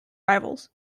rivals